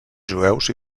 jueus